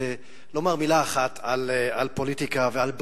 לומר מלה אחת על פוליטיקה ועל בריאות,